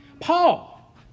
Paul